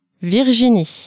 Virginie